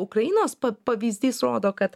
ukrainos pavyzdys rodo kad